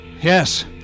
Yes